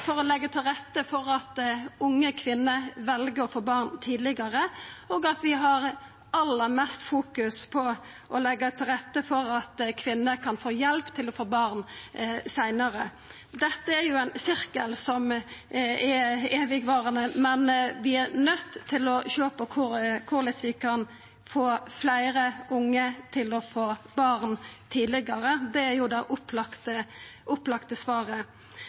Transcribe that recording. for å leggja til rette for at unge kvinner vel å få barn tidlegare, og at vi har aller mest fokus på å leggja til rette for at kvinner kan få hjelp til å få barn seinare. Dette er jo ein sirkel som er evigvarande, men vi er nøydde til å sjå på korleis vi kan få fleire unge til å få barn tidlegare. Det er jo det opplagte